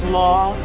law